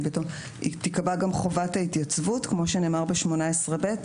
תיקבע גם חובת ההתייצבות כמו שנאמר ב-18(ב)?